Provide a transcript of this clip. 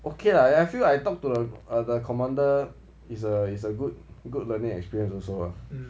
okay lah and I feel I talk to the the commander is a is a good good learning experience also [what]